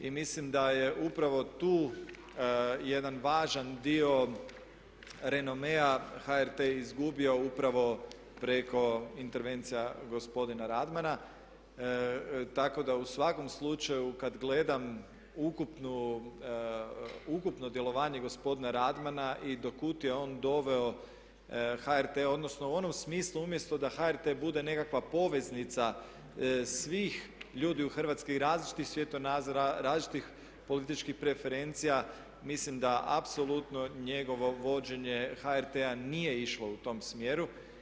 I mislim da je upravo tu jedan važan dio renomea HRT izgubio upravo preko intervencija gospodina Radmana, tako da u svakom slučaju kad gledam ukupno djelovanje gospodina Radmana i do kud je on doveo HRT, odnosno u onom smislu umjesto da HRT bude nekakva poveznica svih ljudi u Hrvatskoj, različitih svjetonazora, različitih političkih preferencija, mislim da apsolutno njegovo vođenje HRT-a nije išlo u tom smjeru.